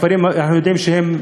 אנחנו יודעים שהכפרים,